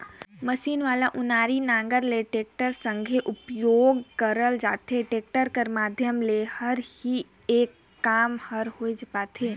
machine वाला ओनारी नांगर ल टेक्टर संघे उपियोग करल जाथे, टेक्टर कर माध्यम ले ही ए काम हर होए पारथे